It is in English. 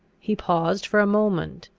he paused for a moment.